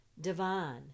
divine